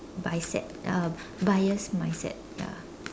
bias set uh bias mindset ya